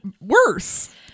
worse